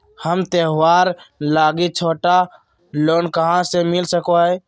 हमरा त्योहार लागि छोटा लोन कहाँ से मिल सको हइ?